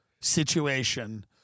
situation